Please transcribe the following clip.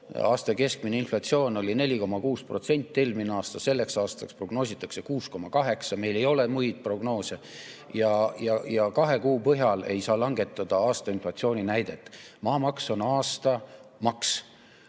Aasta keskmine inflatsioon oli 4,6% eelmisel aastal, selleks aastaks prognoositakse 6,8%. Meil ei ole muid prognoose. Kahe kuu põhjal ei saa langetada [otsust] aasta inflatsiooni kohta. Maamaks on aastamaks.